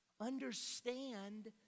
understand